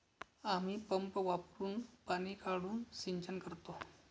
आम्ही पंप वापरुन पाणी काढून सिंचन करतो